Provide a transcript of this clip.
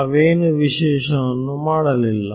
ನಾವೇನು ವಿಶೇಷವನ್ನು ಮಾಡಲಿಲ್ಲ